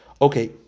okay